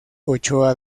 ochoa